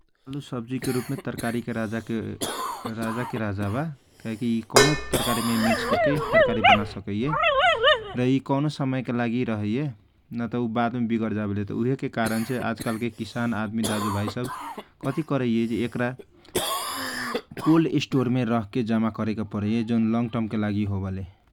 आलु सबजी के रूप मे तरकारी के राजा के राजा बा का हे की यि कौनो तरकारी मिकस करके तरकारी बना सकले यि कम समय के लागी रहले यि बाद मे विगर जावेला उहेके कारण छे आज काल के किसान दाजुभाई सब कथी करइए एकरा कोलड स्टोर मे रख के जामा कारइए जौन लङग ट्रम के लागी होवेला ।